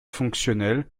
fonctionnelle